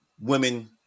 Women